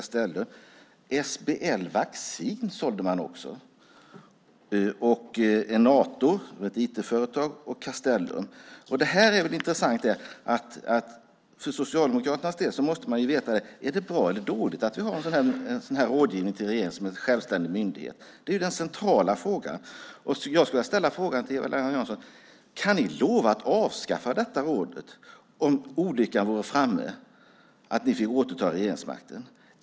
SBL Vaccin sålde man också och Enator - ett IT-företag - och Castellum. Det här är intressant. Socialdemokraterna måste ju veta om det är bra eller dåligt med en rådgivning från en självständig myndighet till regeringen. Det är den centrala frågan. Jag skulle vilja ställa frågan till Eva-Lena Jansson: Kan ni lova att avskaffa detta råd om olyckan är framme och ni återtar regeringsmakten?